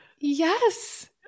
Yes